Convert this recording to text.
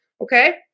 Okay